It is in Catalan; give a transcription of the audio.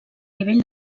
nivell